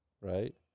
right